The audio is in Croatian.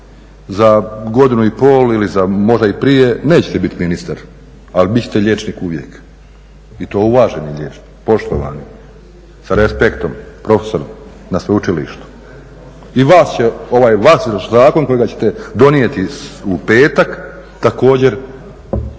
Za godinu i pol ili možda i prije nećete biti ministar, ali bit ćete liječnik uvijek i to uvaženi liječnik, poštovani, sa respektom, profesor na sveučilištu. I vas će ovaj vaš zakon kojega ćete donijeti u petak također da